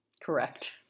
Correct